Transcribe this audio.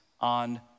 on